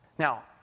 Now